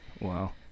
Wow